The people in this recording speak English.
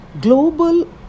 global